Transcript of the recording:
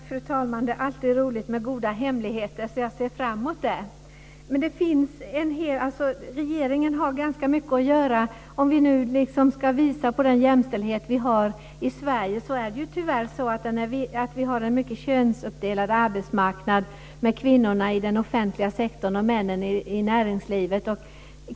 Fru talman! Det är alltid roligt med goda hemligheter, så jag ser fram emot detta. Men regeringen har ganska mycket att göra här. När vi nu ska visa på den jämställdhet vi har i Sverige är det ju tyvärr så att vi har en mycket könsuppdelad arbetsmarknad med kvinnorna i den offentliga sektorn och männen i näringslivet.